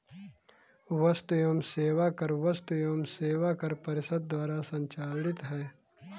वस्तु एवं सेवा कर वस्तु एवं सेवा कर परिषद द्वारा संचालित है